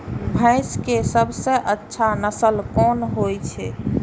भैंस के सबसे अच्छा नस्ल कोन होय छे?